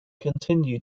continue